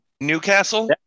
Newcastle